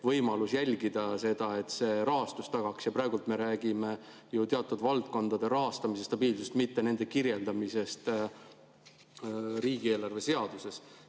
võimalus jälgida seda, et see rahastuse tagaks. Ja praegu me räägime teatud valdkondade rahastamise stabiilsusest, mitte nende kirjeldamisest riigieelarve seaduses.